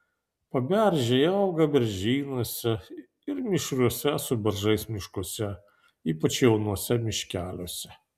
paberžiai auga beržynuose ir mišriuose su beržais miškuose ypač jaunuose miškeliuose